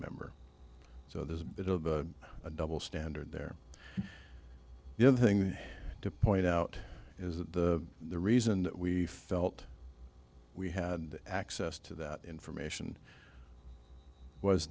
member so there's a bit of a double standard there you know the thing to point out is that the reason that we felt we had access to that information was